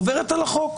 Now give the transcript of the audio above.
עוברת על החוק.